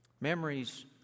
Memories